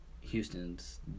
Houston's